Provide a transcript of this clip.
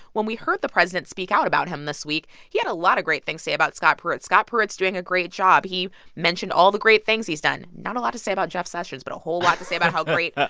when we heard the president speak out about him this week, he had a lot of great things to say about scott pruitt. scott pruitt's doing a great job. he mentioned all the great things he's done not a lot to say about jeff sessions but a whole lot to say about how great.